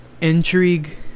intrigue